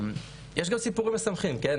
יש גם סיפורים משמחים, כן?